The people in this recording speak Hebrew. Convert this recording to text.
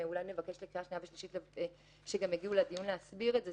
ואולי נבקש לקריאה השנייה והשלישית שגם יגיעו לדיון להסביר את זה,